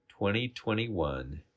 2021